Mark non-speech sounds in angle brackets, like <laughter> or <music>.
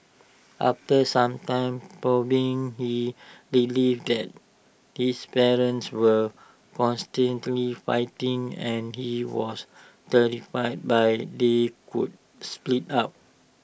after some <unintelligible> probing he delete that his parents were constantly fighting and he was terrified by they could split up